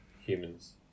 humans